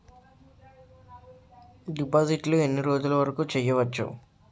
డిపాజిట్లు ఎన్ని రోజులు వరుకు చెయ్యవచ్చు?